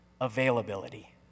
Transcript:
Availability